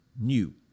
new